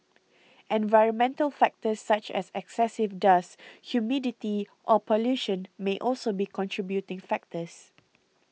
environmental factors such as excessive dust humidity or pollution may also be contributing factors